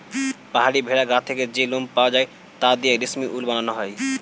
পাহাড়ি ভেড়ার গা থেকে যে লোম পাওয়া যায় তা দিয়ে রেশমি উল বানানো হয়